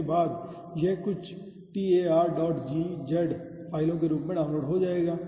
उसके बाद यह कुछ targz फाइलों के रूप में डाउनलोड हो जाएगा